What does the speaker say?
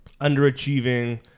underachieving